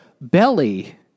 Belly